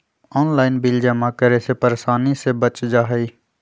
Online bill जमा करे से परेशानी से बच जाहई?